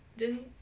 then